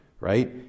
right